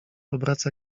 obraca